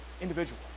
individual